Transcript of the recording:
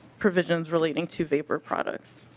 provisions relating to paper products.